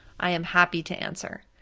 i am happy to answer.